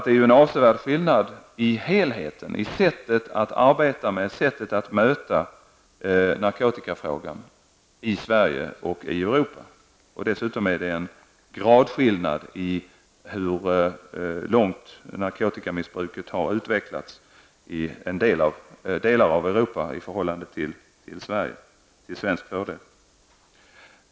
Det är ju en avsevärd skillnad i helheten, i sättet att arbeta med och möta narkotikafrågan i Sverige och i Europa. Dessutom finns en gradskillnad i fråga om hur långt narkotikamissbruket har utvecklats i delar av Europa och i Sverige, och denna skillnad är till svensk fördel.